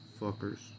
Fuckers